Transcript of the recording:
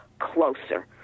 closer